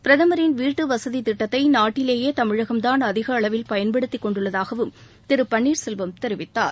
பிரதமரின் வீட்டு வசதி திட்டத்தை நாட்டிலேயே தமிழகம்தான் அதிக அளவில் பயன்படுத்திக் கொண்டுள்ளதாகவும் திரு பன்னீர்செல்வம் தெரிவித்தார்